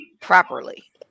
properly